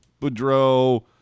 Boudreaux